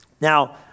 Now